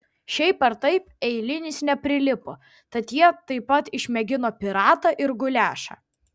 šiaip ar taip eilinis neprilipo tad jie taip pat išmėgino piratą ir guliašą